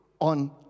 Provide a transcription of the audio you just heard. On